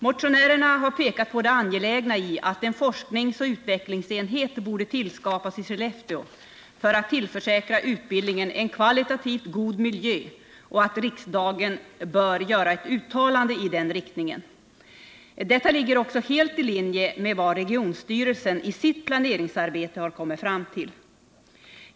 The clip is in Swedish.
Motionärerna har pekat på det angelägna i att en forskningsoch utvecklingsenhet skapas i Skellefteå för att tillförsäkra utbildningen en kvalitativt god miljö och att riksdagen gör ett uttalande i den riktningen. Detta ligger också helt i linje med vad regionstyrelsen i sitt planeringsarbete har kommit fram till.